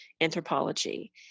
anthropology